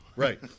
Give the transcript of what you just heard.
Right